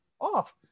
off